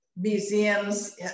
museums